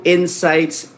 Insights